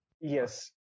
Yes